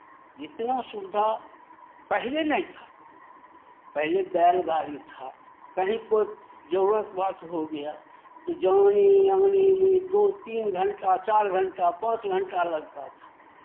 इतना सुविधा पहिले नहीं था पहिले बैलगाड़ी था कहीं कोई जरूरत बात हो गया तो जाने आने में दो तीन घंटा चार घंटा पाँच घंटा लगता था